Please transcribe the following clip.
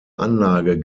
anlage